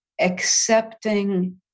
accepting